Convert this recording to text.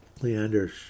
Leander